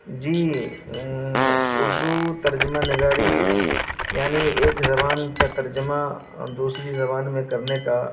جی اردو ترجمہ نگاری یعنی ایک زبان کا ترجمہ دوسری زبان میں کرنے کا